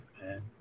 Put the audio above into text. man